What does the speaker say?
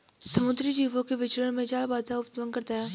समुद्री जीवों के विचरण में जाल बाधा उत्पन्न करता है